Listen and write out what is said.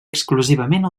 exclusivament